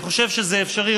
אני חושב שזה אפשרי.